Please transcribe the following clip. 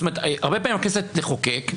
זאת אומרת הרבה פעמים הכנסת תחוקק,